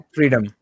Freedom